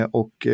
och